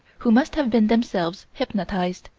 who must have been themselves hypnotized,